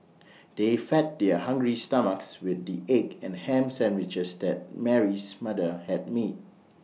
they fed their hungry stomachs with the egg and Ham Sandwiches that Mary's mother had made